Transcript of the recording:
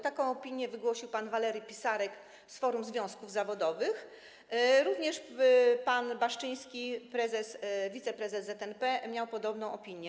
Taką opinię wygłosił pan Walery Pisarek z Forum Związków Zawodowych, również pan Baszczyński, wiceprezes ZNP, miał podobną opinię.